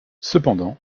cependant